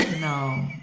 No